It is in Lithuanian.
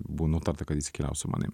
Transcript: buvo nutarta kad jis keliaus su manim